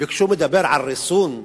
וכשהוא מדבר על ריסון,